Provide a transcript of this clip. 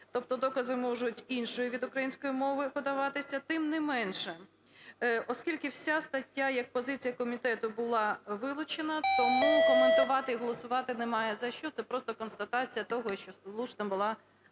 тобто докази можуть іншою від української мови подаватися. Тим не менше, оскільки вся стаття як позиція комітету була вилучена, тому коментувати і голосувати немає за що, це просто констатація того, що слушна була